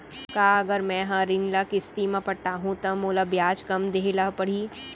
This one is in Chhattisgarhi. का अगर मैं हा ऋण ल किस्ती म पटाहूँ त मोला ब्याज कम देहे ल परही?